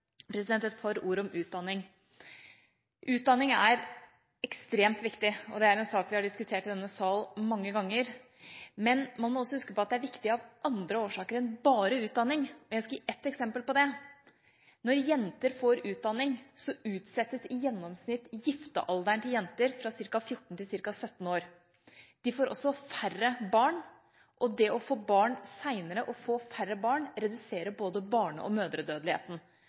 et par ord om utdanning. Utdanning er ekstremt viktig – det er en sak vi har diskutert i denne salen mange ganger – men man må også huske på at det er viktig av andre årsaker enn bare utdanning, og jeg skal gi et eksempel på det. Når jenter får utdanning, utsettes i gjennomsnitt giftealderen til jenter fra ca. 14 til ca. 17 år. De får også færre barn, og det å få barn senere og å få færre barn, reduserer både barne- og mødredødeligheten